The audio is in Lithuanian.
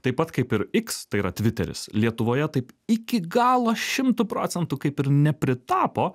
taip pat kaip ir iks tai yra tviteris lietuvoje taip iki galo šimtu procentų kaip ir nepritapo